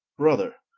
brother,